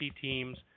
teams